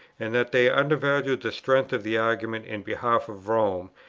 and that they undervalued the strength of the argument in behalf of rome,